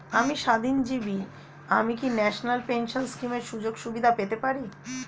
আমি স্বাধীনজীবী আমি কি ন্যাশনাল পেনশন স্কিমের সুযোগ সুবিধা পেতে পারি?